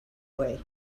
way